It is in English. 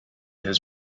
has